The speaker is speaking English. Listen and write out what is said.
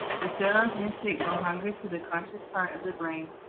the cells then signal hunger to the conscious part of the brain.